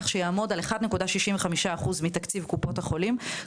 כך שיעמוד על 1.65% מתקציב קופות החולים,